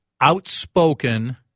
outspoken